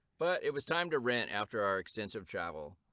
but it was time to rent after our extensive travel